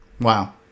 Wow